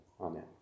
Amen